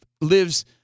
lives